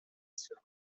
sera